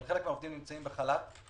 אבל חלק מהעובדים נמצאים בחל"ת.